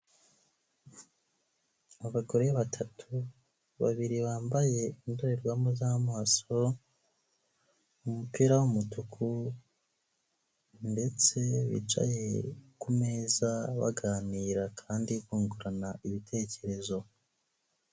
Abagore batatu, babiri bambaye indorerwamo z'amaso, umupira w'umutuku ndetse bicaye kumeza baganira kandi bungurana ibitekerezo.